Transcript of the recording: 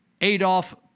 Adolf